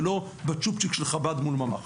ולא בצ'ופצ'יק של חב"ד מול ממ"ח.